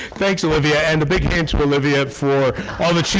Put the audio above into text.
thanks olivia and a big hands olivia for all that she's